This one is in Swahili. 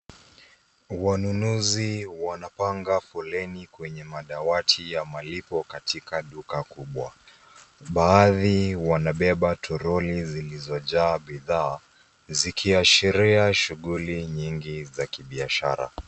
Wanunuzi wanapanga foleni kwenye madawati ya malipo katika duka kubwa. Baadhi wanabeba toroli zilizojaa bidhaa, zikiashiria shughuli nyingi za kibiashara.